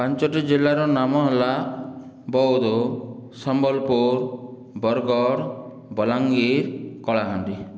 ପାଞ୍ଚଟି ଜିଲ୍ଲାର ନାମ ହେଲା ବୌଦ୍ଧ ସମ୍ବଲପୁର ବରଗଡ଼ ବଲାଙ୍ଗିର କଳାହାଣ୍ଡି